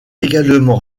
également